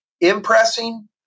impressing